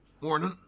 Morning